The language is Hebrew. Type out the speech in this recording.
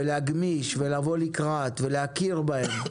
ולהגמיש ולבוא לקראת ולהכיר בהם.